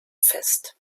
fest